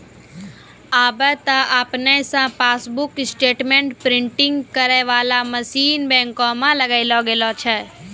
आबे त आपने से पासबुक स्टेटमेंट प्रिंटिंग करै बाला मशीन बैंको मे लगैलो गेलो छै